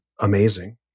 Amazing